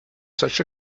such